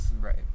right